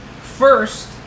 First